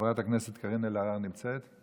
חברת הכנסת קארין אלהרר נמצאת?